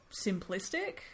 simplistic